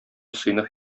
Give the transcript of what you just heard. сыйныф